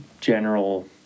general